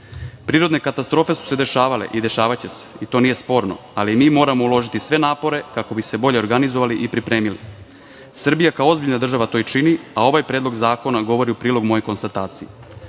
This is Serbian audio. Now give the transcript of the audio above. jačinu. Prirodne katastrofe su se dešavale i dešavaće se i to nije sporno, ali mi moramo uložiti sve napore kako bi se bolje organizovali i pripremili. Srbija kao ozbiljna država to i čini, a ovaj Predlog zakona govori u prilog moje konstatacije.